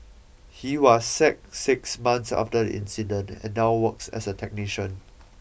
he was sacked six months after the incident and now works as a technician